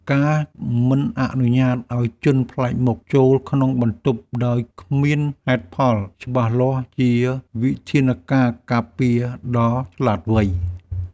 ការមិនអនុញ្ញាតឱ្យជនប្លែកមុខចូលក្នុងបន្ទប់ដោយគ្មានហេតុផលច្បាស់លាស់ជាវិធានការការពារដ៏ឆ្លាតវៃ។